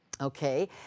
Okay